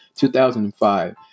2005